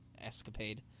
escapade